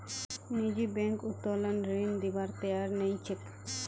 निजी बैंक उत्तोलन ऋण दिबार तैयार नइ छेक